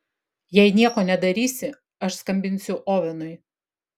jei nieko nedarysi aš skambinsiu ovenui